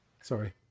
sorry